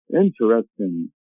Interesting